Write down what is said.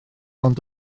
ond